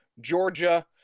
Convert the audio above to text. Georgia